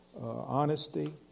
honesty